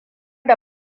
da